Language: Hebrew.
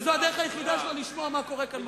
וזאת הדרך היחידה שלו לשמוע מה קורה כאן,